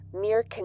mere